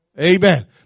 Amen